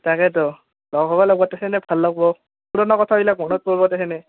তাকেতো লগ হ'ব লাগব তেখেনে ভাল লাগব পুৰণা কথাবিলাক মনত পৰিব তেখেনে